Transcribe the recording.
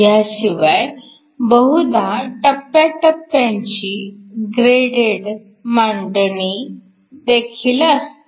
ह्याशिवाय बहुधा टप्प्या टप्प्यांची ग्रेडेड मांडणी देखील असते